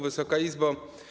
Wysoka Izbo!